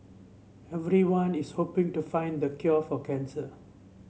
everyone is hoping to find the cure for cancer